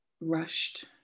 rushed